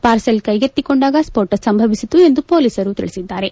parcel ಕೈಗೆತ್ತಿಕೊಂಡಾಗ ಸ್ವೋಟ ಸಂಭವಿಸಿತು ಎಂದು ಪೊಲೀಸರು ತಿಳಿಸಿದ್ದಾರೆ